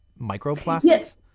microplastics